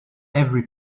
every